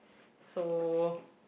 so